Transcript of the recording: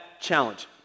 challenge